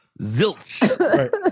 Zilch